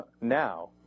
now